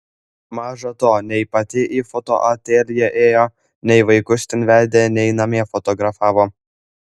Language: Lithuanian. maža to nei pati į fotoateljė ėjo nei vaikus ten vedė nei namie fotografavo